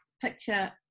picture